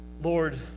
Lord